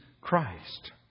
Christ